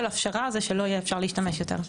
הפשרה זה שלא יהיה אפשר להשתמש יותר.